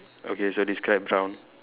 okay so describe brown